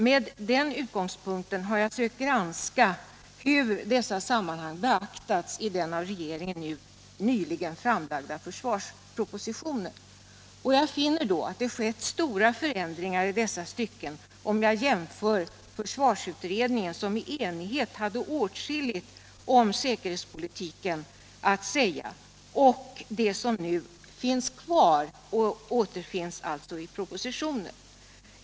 Med den utgångspunkten har jag sökt granska hur dessa sammanhang beaktats i den av regeringen nyligen framlagda försvarspropositionen. Jag finner då att det har skett stora förändringar i dessa stycken när jag jämför försvarsutredningen, som i enighet hade åtskilligt att säga om säkerhetspolitiken, med det som nu återfinns i propositionen.